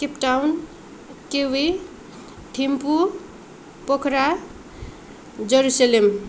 Cape Town kiwi Thimphu Pokhara Jerusalem